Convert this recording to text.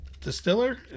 distiller